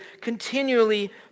continually